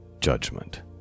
judgment